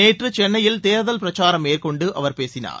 நேற்று சென்னையில் தேர்தல் பிரச்சாரம் மேற்கொண்டு அவர் பேசினார்